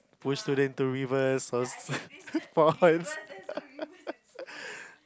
push student to rivers or ponds